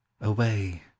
away